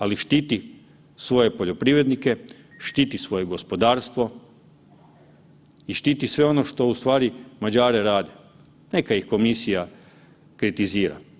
Ali je, ali štiti svoje poljoprivrednike, štiti svoje gospodarstvo i štiti sve ono što u stvari Mađari rade, neka ih komisija kritizira.